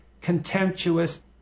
contemptuous